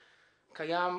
שקיים,